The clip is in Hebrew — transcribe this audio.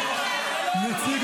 נציג